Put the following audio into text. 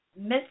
Miss